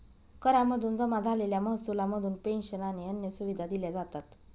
करा मधून जमा झालेल्या महसुला मधून पेंशन आणि अन्य सुविधा दिल्या जातात